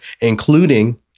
including